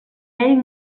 ell